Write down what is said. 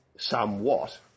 Somewhat